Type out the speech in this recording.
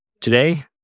Today